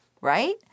right